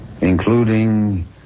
Including